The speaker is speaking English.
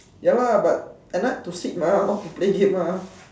ya lah but at night to sleep mah not to play game mah